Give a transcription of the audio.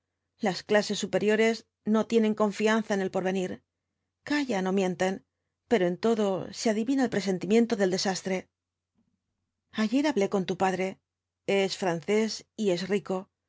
las clases superiores no tienen confianza en el porvenir callan ó mienten pero en todo se adivina el presentimiento del desastre iios cuatro jinbtb s dbí apocalipsis ayei jiablé con tu padre es francés y es rico